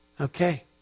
Okay